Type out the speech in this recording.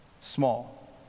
small